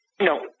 No